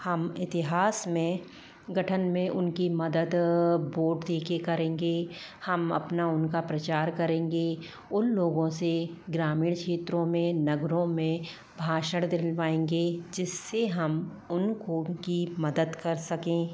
हम इतिहास में गठन में उनकी मदद वोट दे कर करेंगे हम अपना उनका प्रचार करेंगे उन लोगों से ग्रामीण क्षेत्रों में नगरों में भाषण दिलवाएंगे जिससे हम उनको उनकी मदद कर सकें